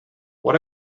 what